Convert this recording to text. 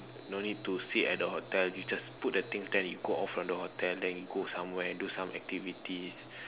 don't need to stay at the hotel you just put the things then go off from the hotel then you go somewhere do some activities